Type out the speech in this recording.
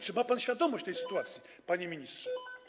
Czy ma pan świadomość tej sytuacji, panie ministrze?